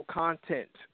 content